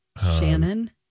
Shannon